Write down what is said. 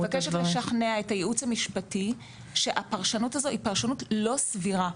ואני מבקשת לשכנע את הייעוץ המשפטי שהפרשנות הזו היא פרשנות לא סבירה.